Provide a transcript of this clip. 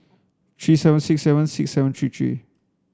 three seven six seven six seven three three